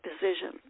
decision